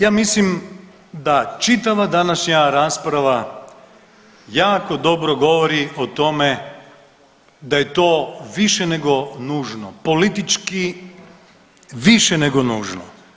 Ja mislim da čitava današnja rasprava jako dobro govori o tome da je to više nego nužno, politički više nego nužno.